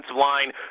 line